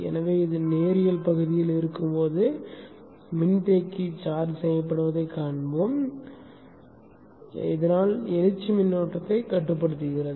எனவே இது நேரியல் பகுதியில் இருக்கும்போது மின்தேக்கியும் சார்ஜ் செய்யப்படுவதைக் காண்போம் இதனால் எழுச்சி மின்னோட்டத்தை கட்டுப்படுத்துகிறது